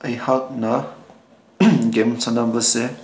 ꯑꯩꯍꯥꯛꯅ ꯒꯦꯝ ꯁꯥꯟꯅꯕꯁꯦ